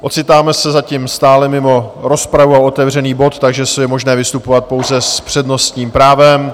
Ocitáme se zatím stále mimo rozpravu a otevřený bod, takže je možné vystupovat pouze s přednostním právem.